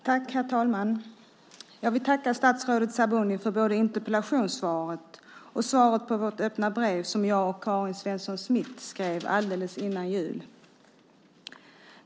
Herr talman! Jag vill tacka statsrådet Sabuni för både interpellationssvaret och svaret på vårt öppna brev som jag och Karin Svensson Smith skrev alldeles innan jul.